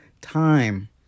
time